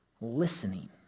listening